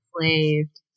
enslaved